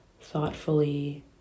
thoughtfully